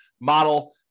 model